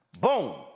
Boom